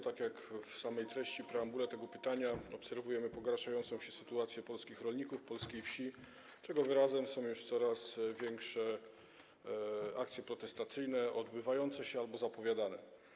Tak jak wskazuje treść preambuły tego pytania, obserwujemy pogarszającą się sytuację polskich rolników, polskiej wsi, czego wyrazem są już coraz większe akcje protestacyjne - odbywające się albo zapowiadane.